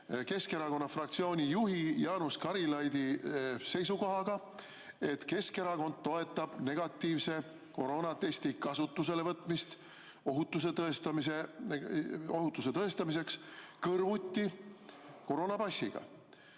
Keskerakonna fraktsiooni juhi Jaanus Karilaiu seisukohta, et Keskerakond toetab negatiivse koroonatesti kasutuselevõtmist ohutuse tõestamiseks kõrvuti koroonapassiga.